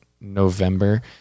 November